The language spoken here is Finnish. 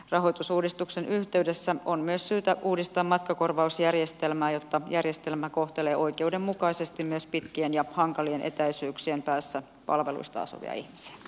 rahoitusuudistuksen yhteydessä on myös syytä uudistaa matkakorvausjärjestelmää jotta järjestelmä kohtelee oikeudenmukaisesti myös pitkien ja hankalien etäisyyksien päässä palveluista asuvia ihmisiä